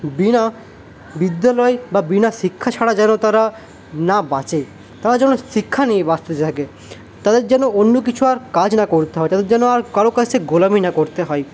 বিনা বিদ্যালয় বা বিনা শিক্ষা ছাড়া যেন তারা না বাঁচে তারা যেন শিক্ষা নিয়ে বাঁচতে থাকে তাদের যেন অন্য কিছু আর কাজ না করতে হয় তাদের যেন আর কারও কাছে গোলামি না করতে হয়